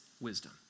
wisdom